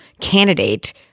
candidate